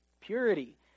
purity